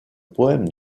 poème